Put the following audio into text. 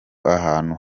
ahantu